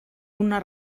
una